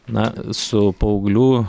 na su paauglių